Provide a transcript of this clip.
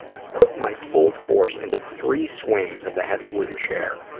put my full force into three swings of the heavy wooden chair,